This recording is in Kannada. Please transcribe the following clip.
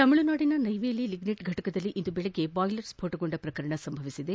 ತಮಿಳುನಾದಿನ ನೈವೇಲಿ ಲಿಗ್ನೆಟ್ ಘಟಕದಲ್ಲಿ ಇಂದು ಬೆಳಗ್ಗೆ ಬಾಯ್ಲರ್ ಸ್ಪೋಟಗೊಂಡ ಪ್ರಕರಣ ಸಂಭವಿಸಿದೆ